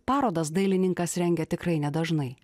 parodas dailininkas rengia tikrai nedažnai